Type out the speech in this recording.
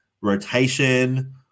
rotation